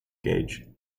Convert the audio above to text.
gauge